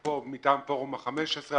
פה מטעם פורום ה-15,